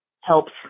helps